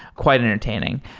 quite entertaining.